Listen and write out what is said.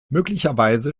möglicherweise